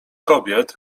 kobiet